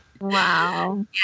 wow